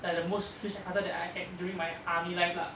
like's like the most trish encounter that I had during my army life lah